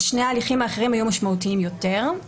אבל שני ההליכים האחרים היו משמעותיים יותר.